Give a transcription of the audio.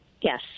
Yes